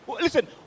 Listen